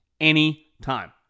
anytime